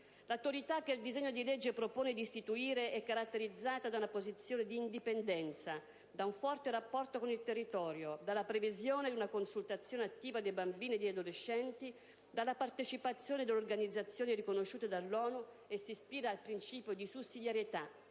L'Autorità, che il disegno di legge propone di istituire, è caratterizzata da una posizione di indipendenza, da un forte rapporto con il territorio, dalla previsione di una consultazione attiva dei bambini e degli adolescenti, dalla partecipazione delle organizzazioni riconosciute dall'ONU e si ispira al principio di sussidiarietà,